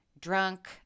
drunk